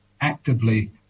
actively